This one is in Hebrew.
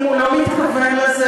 אם הוא לא מתכוון לזה,